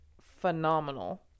phenomenal